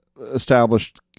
established